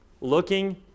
Looking